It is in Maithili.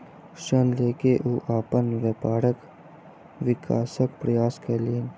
ऋण लय के ओ अपन व्यापारक विकासक प्रयास कयलैन